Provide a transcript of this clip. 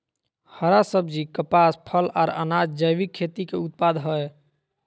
हरा सब्जी, कपास, फल, आर अनाज़ जैविक खेती के उत्पाद हय